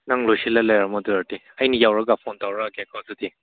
ꯅꯪ ꯂꯣꯏꯁꯤꯜꯂ ꯂꯩꯔꯝꯃꯣ ꯑꯗꯨꯑꯣꯏꯔꯗꯤ ꯑꯩꯅ ꯌꯧꯔꯛꯑꯒ ꯐꯣꯟ ꯇꯧꯔꯛꯑꯒꯦꯀꯣ ꯑꯗꯨꯗꯤ